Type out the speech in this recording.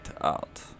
out